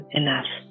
enough